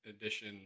edition